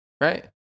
right